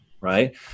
right